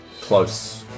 close